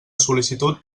sol·licitud